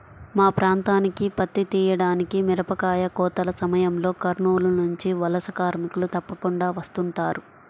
మా ప్రాంతానికి పత్తి తీయడానికి, మిరపకాయ కోతల సమయంలో కర్నూలు నుంచి వలస కార్మికులు తప్పకుండా వస్తుంటారు